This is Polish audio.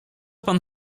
pan